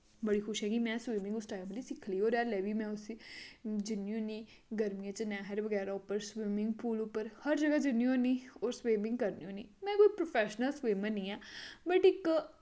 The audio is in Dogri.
बड़ी खुशी कि स्विमिंग सिक्खी लेई और में अज्ज बी जन्नी होन्नीं गर्मियें च नैह्र बगैरा उप्पर स्विमिंग पूल उप्पर हर ज'गाह जन्नी होन्नीं और स्विमिंग करनी होन्नीं में कोई प्रौफैशनल स्विमर निं आं बट इक